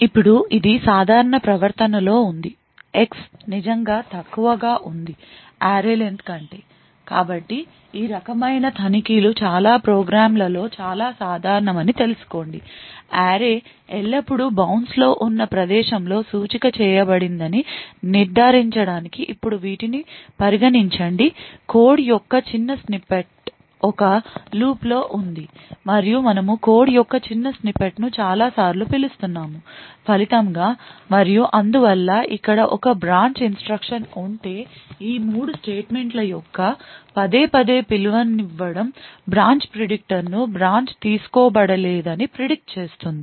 ఇప్పుడు ఇది సాధారణ ప్రవర్తనలో ఉంది X నిజంగా తక్కువగా ఉంది array len కంటే కాబట్టి ఈ రకమైన తనిఖీలు చాలా ప్రోగ్రామ్ల లో చాలా సాధారణం అని తెలుసుకోండి array ఎల్లప్పుడూ బౌన్స్లో ఉన్న ప్రదేశంలో సూచిక చేయబడిందని నిర్ధారించడానికి ఇప్పుడు వీటిని పరిగణించండి కోడ్ యొక్క చిన్న స్నిప్పెట్ ఒక లూప్లో ఉంది మరియు మనము కోడ్ యొక్క చిన్న స్నిప్పెట్ ను చాలాసార్లు పిలుస్తున్నాము ఫలితంగా మరియు అందువల్ల ఇక్కడ ఒక బ్రాంచ్ ఇన్స్ట్రక్షన్ ఉంటే ఈ 3 స్టేట్మెంట్ల యొక్క పదేపదే పిలుపునివ్వడం బ్రాంచ్ ప్రిడిక్టర్ను బ్రాంచ్ తీసుకోబడలేదు అని predict చేస్తుంది